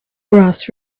brass